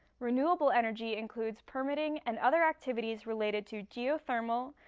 renewable energy includes permitting and other activities related to geothermal,